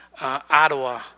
Ottawa